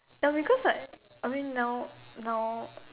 ya because like I mean now now